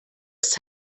ist